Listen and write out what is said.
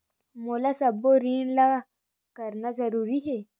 मोला सबो ऋण ला करना जरूरी हे?